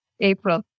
April